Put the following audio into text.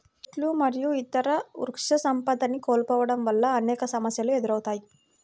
చెట్లు మరియు ఇతర వృక్షసంపదని కోల్పోవడం వల్ల అనేక సమస్యలు ఎదురవుతాయి